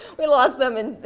we lost them in